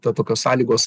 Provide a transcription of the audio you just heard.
ta tokios sąlygos